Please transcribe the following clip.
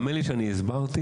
האמן לי שאני הסברתי,